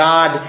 God